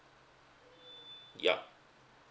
ya